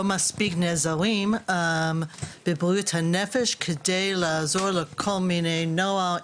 מספיק נעזרים בבריאות הנפש כדי לעזור לכל מיני נוער,